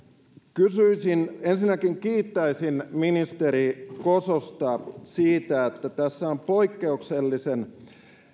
ensinnäkin kiittäisin ministeri kososta siitä että tässä on poikkeuksellisen